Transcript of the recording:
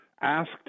asked